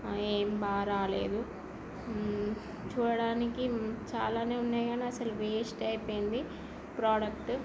ఏం బాగారాలేదు చూడడానికి చాలా ఉన్నాయి కానీ అసలు వేస్ట్ అయిపోయింది ప్రోడక్ట్